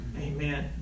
Amen